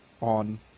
on